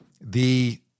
the-